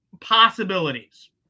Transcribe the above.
possibilities